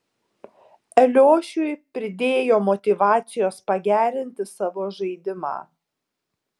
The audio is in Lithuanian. eliošiui pridėjo motyvacijos pagerinti savo žaidimą